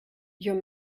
your